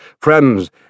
Friends